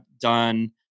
done